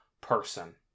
person